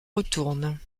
retourne